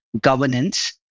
Governance